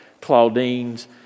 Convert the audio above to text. Claudine's